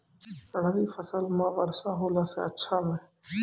रवी फसल म वर्षा होला से अच्छा छै?